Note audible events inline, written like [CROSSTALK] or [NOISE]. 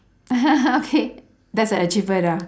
[LAUGHS] okay that's an achievement ah